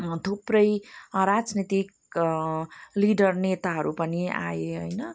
थुप्रै राजनीतिक लिडर नेताहरू पनि आए हैन